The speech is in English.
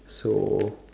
so